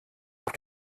auf